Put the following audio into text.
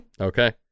Okay